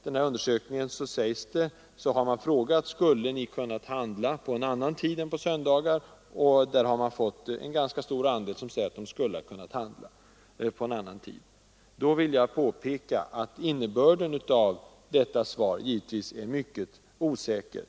2 I undersökningen har man frågat: Skulle ni ha kunnat handla på annan tid än söndagar? På den frågan har en ganska stor andel svarat att de skulle ha kunnat handla på annan tid. Jag vill påpeka att innebörden av "ing, m.m. detta svar givetvis är mycket osäker.